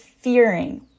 fearing